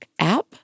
app